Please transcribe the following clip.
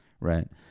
right